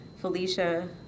Felicia